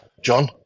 John